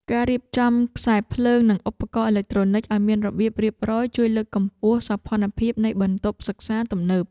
ការរៀបចំខ្សែភ្លើងនិងឧបករណ៍អេឡិចត្រូនិកឱ្យមានរបៀបរៀបរយ ជួយលើកកម្ពស់សោភ័ណភាពនៃបន្ទប់សិក្សាទំនើប។